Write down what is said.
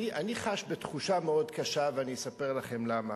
אני חש תחושה מאוד קשה, ואני אספר לכם למה.